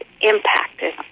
impacted